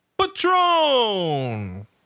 Patron